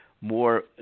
more